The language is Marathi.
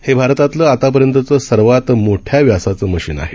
हे भारतातलं आतापर्यंतचं सर्वात मोठ्या व्यासाचं मशीन आहे